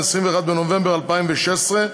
21 בנובמבר 2016,